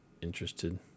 interested